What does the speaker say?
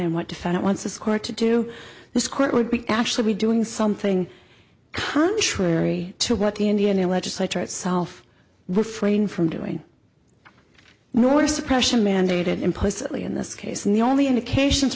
and what defendant wants this court to do this court would actually be doing something contrary to what the indiana legislature itself refrain from doing more suppression mandated implicitly in this case and the only indications